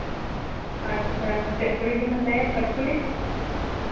ᱟᱪᱪᱷᱟ ᱪᱮᱫ ᱪᱩᱲᱤ ᱵᱮᱱ ᱦᱟᱛᱟᱣᱟ ᱠᱟᱹᱪ ᱪᱩᱲᱤ